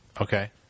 Okay